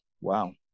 wow